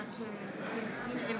דוד